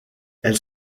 elle